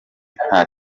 nta